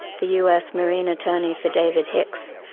the us marine attorney for david hicks,